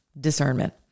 discernment